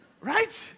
Right